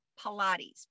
Pilates